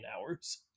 hours